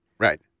Right